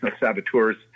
saboteurs